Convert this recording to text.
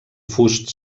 fust